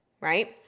right